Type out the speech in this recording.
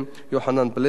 יוחנן פלסנר,